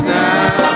now